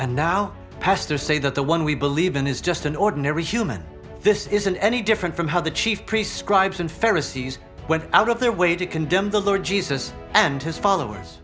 and now pastor say that the one we believe in is just an ordinary human this isn't any different from how the chief prescribes and farrah sees went out of their way to condemn the lord jesus and his followers